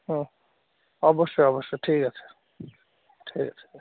হুম অবশ্যই অবশ্যই ঠিক আছে ঠিক আছে